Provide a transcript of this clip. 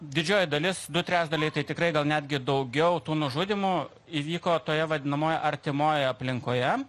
didžioji dalis du trečdaliai tai tikrai gal netgi daugiau tų nužudymų įvyko toje vadinamojoje artimojoje aplinkoje